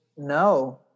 No